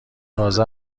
تازه